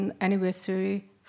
anniversary